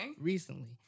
Recently